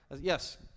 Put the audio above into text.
Yes